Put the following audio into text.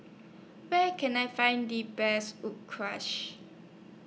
Where Can I Find The Best Wood crash